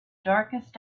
darkest